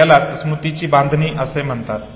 यालाच स्मृतीची बांधणी असे म्हणतात